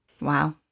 Wow